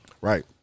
Right